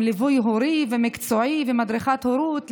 עם ליווי הורי ומקצועי ומדריכת הורות,